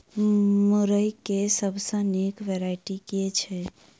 मुरई केँ सबसँ निक वैरायटी केँ छै?